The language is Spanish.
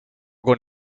con